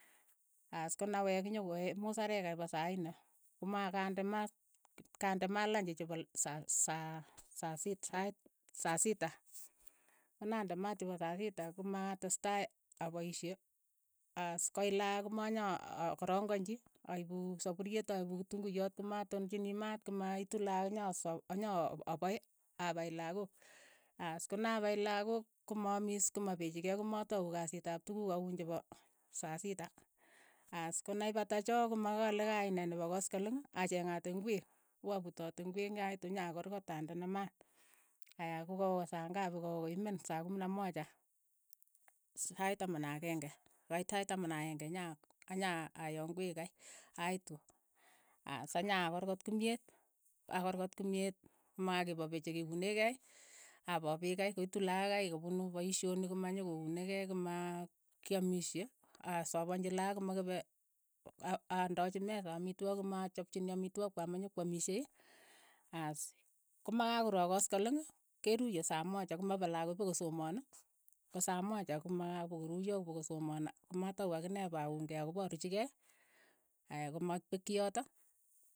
As konawek nyoko musarek kei pa saa nne, komakande maat kande maat lanchi chepa l sa- sa- saa sit sait saa sita, konande maat chepo saa sita komaatestai apaishe. as koit laak komanya a- akaranganchi, anchi sapuriet aipu kitunguiyot komatonchini maat komaitu laak nyas anyaapae, apai lakok, as konapai lakok komaamis komapechikei komatau kasit ap tukuk aun chepa saa sita, as konaipata cho, komakale kayai ne nepo kaskaleng, cheng'ate ingwek, ipaputate ingwek nyaitu nyakorkot ande ma maat, aya kokawa sa ngapi, kawa koimen saa kumi na mocha, sait taman ak akeng'e, kokait sait taman ak aeng'e nya anya ayoo ingwek kai, aitu, as, anyakorkot kimyet, akorkot kimyet apoo pek kei koitu laak kei kopunu paishonik komanyokouni kei, komakiamisie, asafanchi laak komakipe a- andachi mesa amitwokik komachapchini amitwokik kwai komanyokwamisie, as, komakorook kaskaleng, keruye saa mocha, komachal laak kotokosomaan, ko saa mocha komapakoruyo kopokosomaan, komatau akine pa unkei akiparuchikei, aya komapekchi yotok.